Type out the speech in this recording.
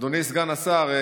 אדוני סגן השר,